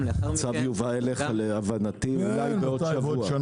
הצו יובא אליך, להבנתי, אולי בעוד שבוע.